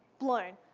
blown.